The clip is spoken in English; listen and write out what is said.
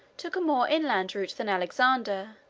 took a more inland route than alexander,